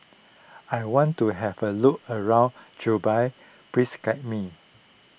I want to have a look around Juba please guide me